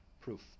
proof